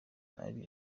ari